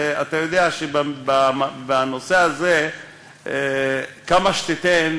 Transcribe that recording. ואתה יודע שבנושא הזה כמה שתיתן,